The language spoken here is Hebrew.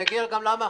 אני אגיד לך גם למה.